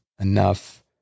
enough